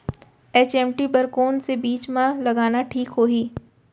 HMT बर कौन से बीज मा लगाना ठीक होही?